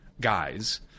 guys